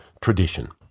tradition